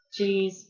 Jeez